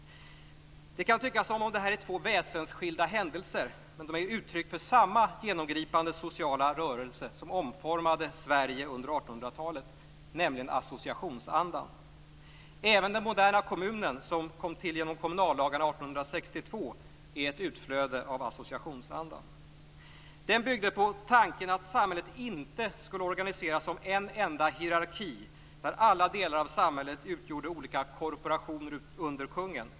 Det kan tyckas som om detta är två väsensskilda händelser, men de är uttryck för samma genomgripande sociala rörelse som omformade Sverige under 1800-talet, nämligen associationsandan. Även den moderna kommunen, som tillkom genom kommunallagarna 1862, är ett utflöde av associationsandan. Den byggde på tanken att samhället inte skulle organiseras som en enda hierarki där alla delar av samhället utgjorde olika korporationer under kungen.